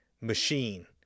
machine